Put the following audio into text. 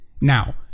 Now